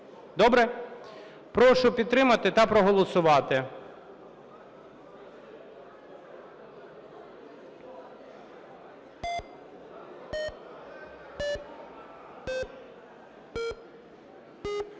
Добре? Прошу підтримати та проголосувати.